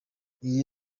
iyi